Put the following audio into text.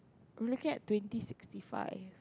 I'm looking at twenty sixty five